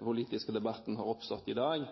politiske debatten har oppstått i dag;